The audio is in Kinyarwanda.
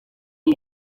ubu